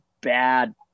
bad